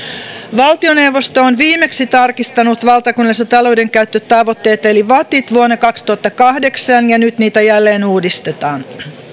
valtioneuvosto on viimeksi tarkistanut valtakunnalliset alueidenkäyttötavoitteet eli vatit vuonna kaksituhattakahdeksan ja nyt niitä jälleen uudistetaan